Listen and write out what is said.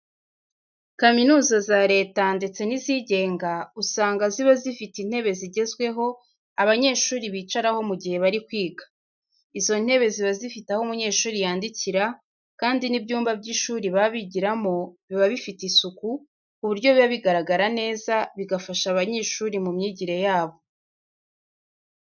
Kaminuza za Leta ndetse n'izigenga, usanga ziba zifite intebe zigezweho abanyeshuri bicaraho mu gihe bari kwiga. Izo ntebe ziba zifite aho umunyeshuri yandikira kandi n'ibyumba by'ishuri baba bigiramo, biba bifite isuku ku buryo biba bigaragara neza, bigafasha abanyeshuri mu myigire yabo.